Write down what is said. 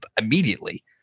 immediately